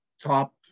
top